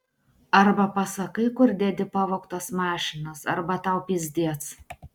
arba pasakai kur dedi pavogtas mašinas arba tau pizdiec